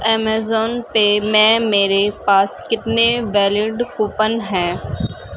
Amazon پے میں میرے پاس کتنے ویلڈ کوپن ہیں